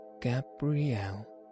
Gabrielle